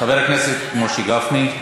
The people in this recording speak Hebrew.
חבר הכנסת משה גפני,